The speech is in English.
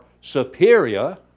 superior